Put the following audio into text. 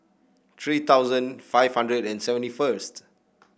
three thousand five hundred and seventy first